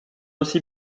aussi